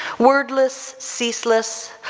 wordless, ceaseless,